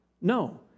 no